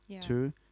Two